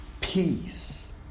peace